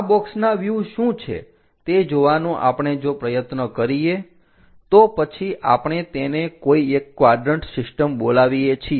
આ બોક્સના વ્યુહ શું છે તે જોવાનો આપણે જો પ્રયત્ન કરીએ તો પછી આપણે તેને કોઈ એક ક્વાડરન્ટ સિસ્ટમ બોલાવીએ છીએ